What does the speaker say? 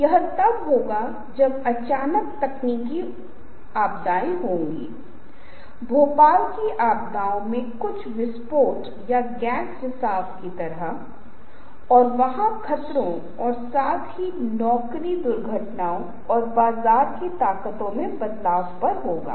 इसलिए हम जिस बारे में बात कर रहे हैं मैं यहां पर बहुत जल्दी से संपर्क करूंगा क्योंकि जब हम दृश्य पहलुओं पर काम करेंगे तो हम कुछ विचारों पर फिर से विचार करेंगे